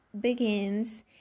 begins